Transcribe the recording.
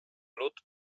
lud